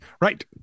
right